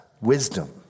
wisdom